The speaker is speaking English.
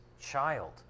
child